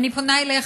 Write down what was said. אני פונה אליך,